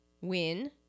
win